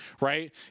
right